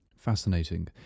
Fascinating